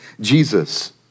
Jesus